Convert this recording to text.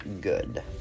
good